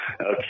Okay